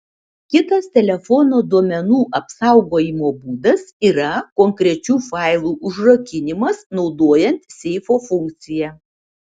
kitas telefono duomenų apsaugojimo būdas yra konkrečių failų užrakinimas naudojant seifo funkciją